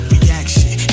Reaction